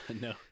no